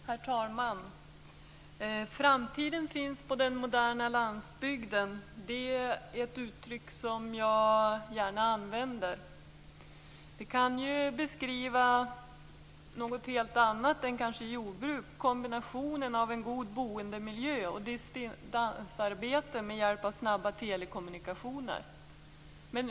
Herr talman! Framtiden finns på den moderna landsbygden. Det uttrycket använder jag gärna. Det kan beskriva något helt annat än kanske jordbruk. Det kan gälla kombinationen av en god boendemiljö och distansarbete med hjälp av snabba telekommunikationer.